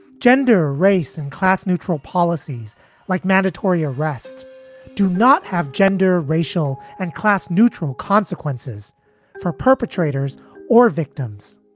gender, race and class neutral policies like mandatory arrest do not have gender, racial and class neutral consequences for perpetrators or victims.